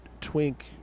twink